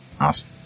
Awesome